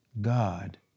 God